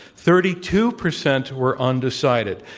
thirty two percent were undecided.